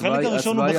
החלק הראשון בחקירה.